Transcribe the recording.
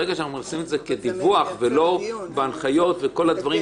ברגע שאנחנו מכניסים את זה כדיווח ולא בהנחיות עם פירוט